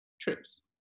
trips